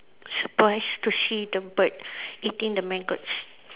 surprise to see the bird eating the maggots